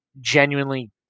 genuinely